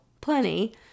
plenty